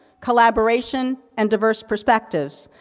collaboration, and diverse perspectives.